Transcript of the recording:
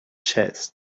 chest